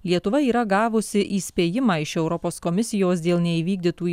lietuva yra gavusi įspėjimą iš europos komisijos dėl neįvykdytų